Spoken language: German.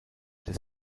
des